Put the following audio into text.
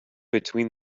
between